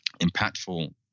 impactful